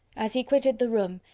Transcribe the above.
as he quitted the room,